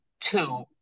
two